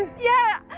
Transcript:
yeah,